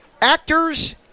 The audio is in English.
actors